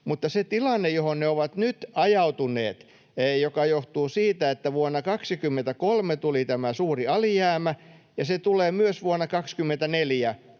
Mutta se tilanne, johon ne ovat nyt ajautuneet — joka johtuu siitä, että vuonna 23 tuli tämä suuri alijäämä ja se tulee myös vuonna 24,